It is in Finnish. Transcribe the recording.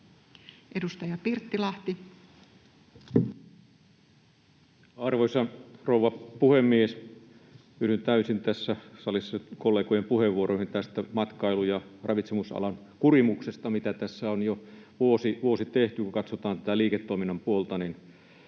18:32 Content: Arvoisa rouva puhemies! Yhdyn täysin tässä salissa kollegoiden puheenvuoroihin tästä matkailu- ja ravitsemusalan kurimuksesta, mitä tässä on jo vuosi tehty. Kun katsotaan tätä liiketoiminnan puolta, niin